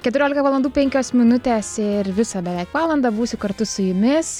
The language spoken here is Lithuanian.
keturiolika valandų penkios minutės ir visą beveik valandą būsiu kartu su jumis